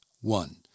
One